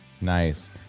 Nice